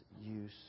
use